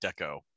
Deco